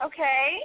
Okay